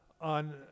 on